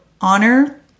Honor